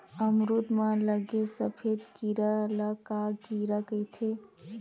अमरूद म लगे सफेद कीरा ल का कीरा कइथे?